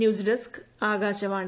news desk Akashvani